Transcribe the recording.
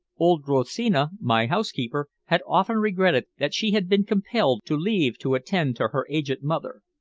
old rosina, my housekeeper, had often regretted that she had been compelled to leave to attend to her aged mother.